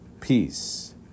peace